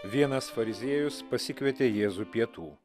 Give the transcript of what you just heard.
vienas fariziejus pasikvietė jėzų pietų